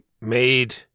made